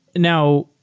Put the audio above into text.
now,